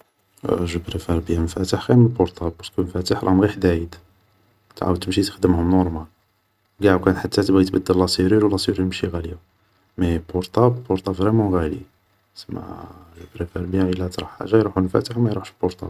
جو بريفار بيان مفاتح خير من البورطابل بارسكو المفاتح غي حدايد تعاود تمشي تخدمهم نورمال و قاع حتى تبغي تبدل لاسيرور و لا سيرور ماشي غالية مي بورطابل, بورطابل فريمون غالي سما جو بريفار الى تروح حاجة يروحو المفاتح و ما يروحش بورطابل